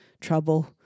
Trouble